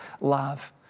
love